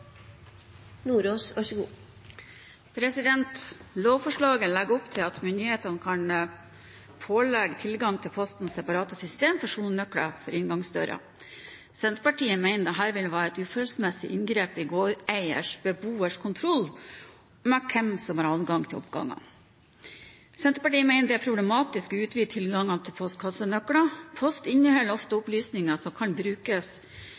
Lovforslaget legger opp til at myndighetene kan pålegge tilgang til Postens separate system for sonenøkler til inngangsdører. Senterpartiet mener dette vil være et uforholdsmessig inngrep i gårdeiers/beboers kontroll med hvem som har adgang til oppgangene. Senterpartiet mener det er problematisk å utvide tilgangen til postkassenøkler. Post inneholder ofte opplysninger som kan brukes